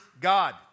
God